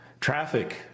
Traffic